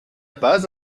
pas